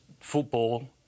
football